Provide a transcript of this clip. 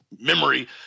memory